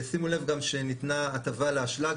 שימו לב גם שניתנה הטבה לאשלג,